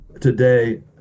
today